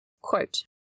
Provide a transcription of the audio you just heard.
Quote